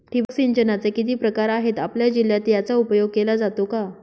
ठिबक सिंचनाचे किती प्रकार आहेत? आपल्या जिल्ह्यात याचा उपयोग केला जातो का?